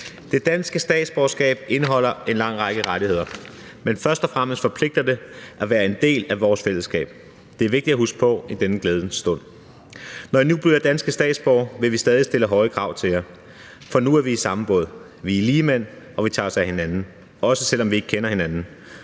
Det danske statsborgerskab indeholder en lang række rettigheder, men først og fremmest forpligter det at være en del af vores fællesskab. Det er vigtigt at huske på i denne glædens stund. Når I nu bliver danske statsborgere, vil vi stadig stille høje krav til jer, for nu er vi i samme båd. Vi er ligemænd, og vi tager os af hinanden, også selv om vi ikke kender hinanden.